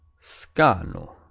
Scano